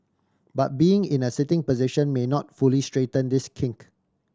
but being in a sitting position may not fully straighten this kink